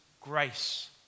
grace